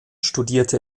studierte